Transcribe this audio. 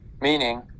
meaning